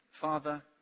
Father